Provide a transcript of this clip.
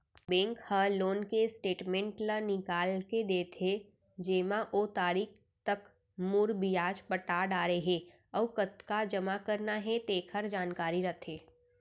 bank ह loan के statement ल निकाल के देथे जेमा ओ तारीख तक मूर, बियाज पटा डारे हे अउ कतका जमा करना हे तेकर जानकारी रथे